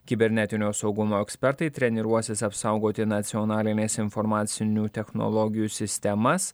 kibernetinio saugumo ekspertai treniruosis apsaugoti nacionalines informacinių technologijų sistemas